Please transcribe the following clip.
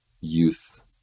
youth